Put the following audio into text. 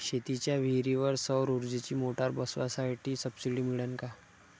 शेतीच्या विहीरीवर सौर ऊर्जेची मोटार बसवासाठी सबसीडी मिळन का?